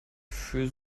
für